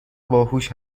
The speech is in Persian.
باهوش